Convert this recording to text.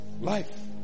life